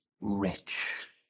rich